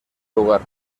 lugar